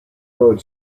road